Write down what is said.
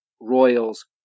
Royals